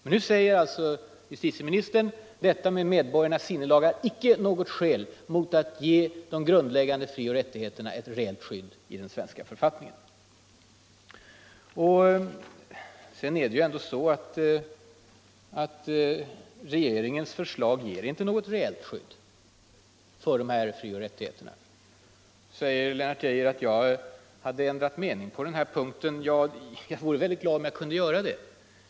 Men nu säger alltså justitieministern: Argumentet om medborgarnas sinnelag är icke något skäl mot att ge de grundläggande frioch rättigheterna ett reellt skydd i den svenska författningen. Regeringens förslag ger inte något reellt skydd för dessa frioch rättigheter. Lennart Geijer sade att jag hade ändrat mening på denna punkt. Jag vore glad om jag kunde göra det.